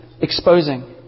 exposing